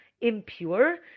impure